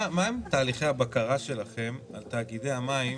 מהם תהליכי הבקרה שלכם על תאגידי המים